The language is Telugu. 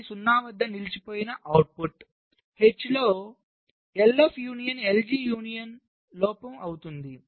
ఇది 0 వద్ద నిలిచిపోయిన అవుట్పుట్ H లో LF యూనియన్ LG యూనియన్ లోపం అవుతుంది